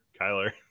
Kyler